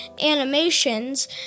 animations